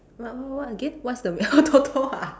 what what what again what's the w~ TOTO ah